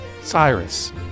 Cyrus